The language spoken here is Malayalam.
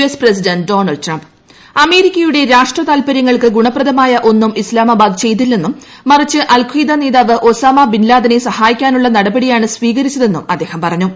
എസ് പ്രസിഡന്റ് ഡോണൾഡ് ട്രംപ് അമേരിക്ക്യൂടെ രാഷ്ട്ര താൽപര്യങ്ങൾക്ക് ഗുണപ്രദമായ ഒന്നും ഇസ്താമിബ്പാദ്ദ് ചെയ്തില്ലെന്നും മറിച്ച് അൽഖയ്ദ നേതാവ് ഒസാമ ബിൻ ലാദനെ സഹായിക്കാനുള്ള നടപടിയാണ് സ്വീകരിച്ചതെന്നും അദ്ദേഹ്ട് പറഞ്ഞു